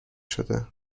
شده